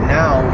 now